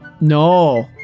no